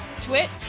twit